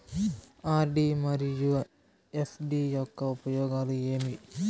RD మరియు FD యొక్క ఉపయోగాలు ఏమి?